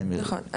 נכון.